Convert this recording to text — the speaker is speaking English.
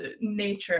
nature